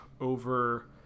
over